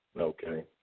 okay